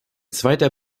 zweiter